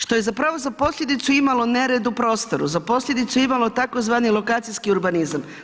Što je zapravo za posljedicu imalo nered u prostoru, za posljedicu je imalo tzv. lokacijski urbanizam.